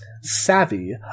savvy